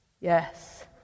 yes